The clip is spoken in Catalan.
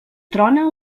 trona